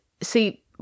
See